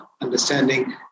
understanding